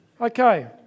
okay